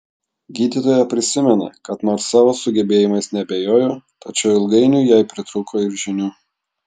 gydytoja prisimena kad nors savo sugebėjimais neabejojo tačiau ilgainiui jai pritrūko ir žinių